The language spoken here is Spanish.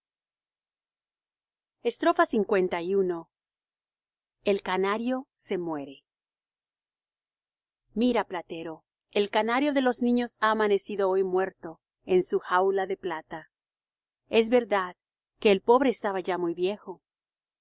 divina li el canario se muere mira platero el canario de los niños ha amanecido hoy muerto en su jaula de plata es verdad que el pobre estaba ya muy viejo el